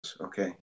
okay